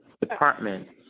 Department